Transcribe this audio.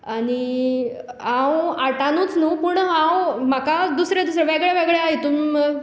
आनी हांव आर्टानुच न्हय पूण हांव म्हाका दुसरें दुसरे वेगळ्या वेगळ्या हातून पार्टीसिपेट